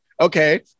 okay